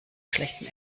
schlechten